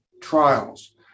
trials